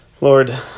Lord